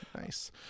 nice